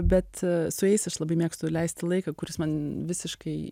bet su jais aš labai mėgstu leisti laiką kuris man visiškai